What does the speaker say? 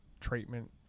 treatment